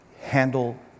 handle